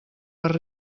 per